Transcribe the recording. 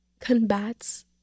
combats